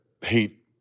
hate